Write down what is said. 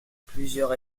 plusieurs